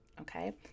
Okay